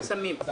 מאבק בסמים.